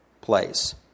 place